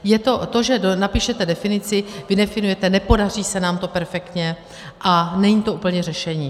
Je to to, že napíšete definici, vydefinujete, nepodaří se nám to perfektně a není to úplně řešení.